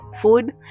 food